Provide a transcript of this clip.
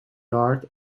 yard